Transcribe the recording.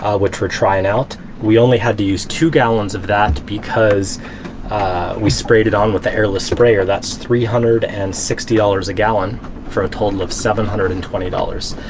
ah which we're trying out we only had to use two gallons of that because we sprayed it on with the airless sprayer. that's three hundred and sixty dollars a gallon for a total of seven hundred and twenty dollars.